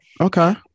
Okay